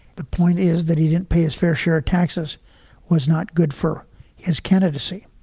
the point is that he didn't pay his fair share of taxes was not good for his candidacy.